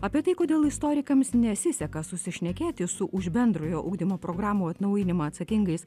apie tai kodėl istorikams nesiseka susišnekėti su už bendrojo ugdymo programų atnaujinimą atsakingais